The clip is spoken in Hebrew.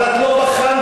אבל את לא בחנת את זה.